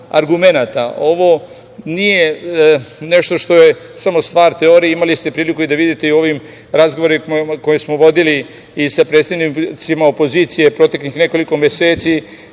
Ovo nije nešto što je samo stvar teorije imali ste priliku i da vidite u ovim razgovorima koje smo vodili i sa predstavnicima opozicije proteklih nekoliko meseci,